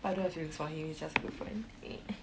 but I don't have feelings for him he's just a good friend